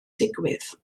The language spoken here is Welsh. digwydd